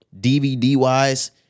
DVD-wise